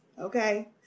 Okay